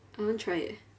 I want try eh